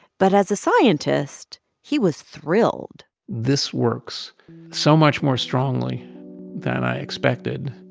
but as a scientist, he was thrilled this works so much more strongly than i expected.